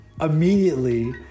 Immediately